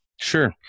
Sure